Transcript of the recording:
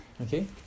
okay